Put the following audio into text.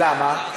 למה?